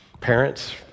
Parents